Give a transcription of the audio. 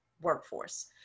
workforce